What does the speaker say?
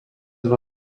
dva